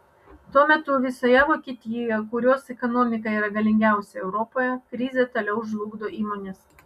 tuo metu visoje vokietijoje kurios ekonomika yra galingiausia europoje krizė toliau žlugdo įmones